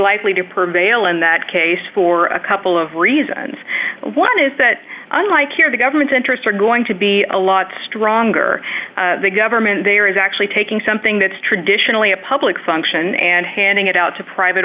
likely to prevail in that case for a couple of reasons one is that unlike here the government's interests are going to be a lot stronger the government there is actually taking something that's traditionally a public function and handing it out to private